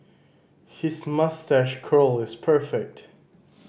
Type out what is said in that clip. his moustache curl is perfect